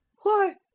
why,